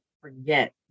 forget